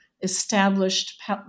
established